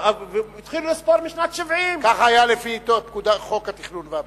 התחילו לספור משנת 1970. כך היה לפי חוק התכנון והבנייה.